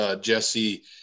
Jesse